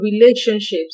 relationships